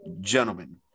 gentlemen